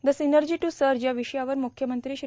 the प्सनर्जा टू सज या विषयावर मुख्यमंत्री श्री